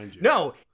No